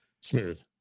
Smooth